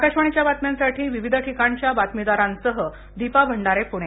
आकाशवाणीच्या बातम्यांसाठी विविध ठिकाणच्या बातमीदारांसह दीपा भंडारे पुणे